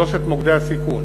שלושת מוקדי הסיכון